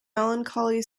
melancholy